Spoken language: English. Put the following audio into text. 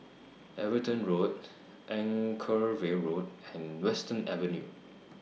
Everton Road Anchorvale Road and Western Avenue